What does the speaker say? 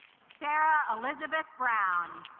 sarah elizabeth brown